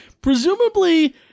presumably